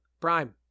Prime